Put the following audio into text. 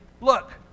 look